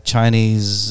Chinese